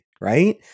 right